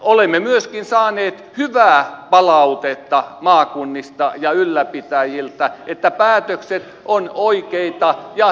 olemme myöskin saaneet hyvää palautetta maakunnista ja ylläpitäjiltä että päätökset ovat oikeita ja hyviä